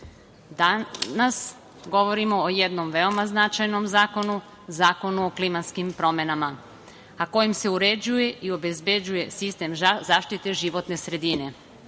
danas govorimo o jednom veoma značajnom zakonu, Zakonu o klimatskim promenama, a kojim se uređuje i obezbeđuje sistem zaštite životne